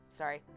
sorry